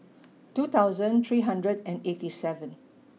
two thousand three hundred and eighty seven